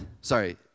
sorry